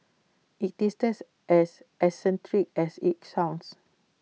IT tastes as eccentric as IT sounds